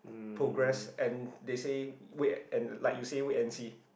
progress and they say wait and like you say wait and see